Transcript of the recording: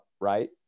right